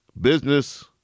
business